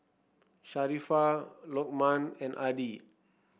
Sharifah Lokman and Adi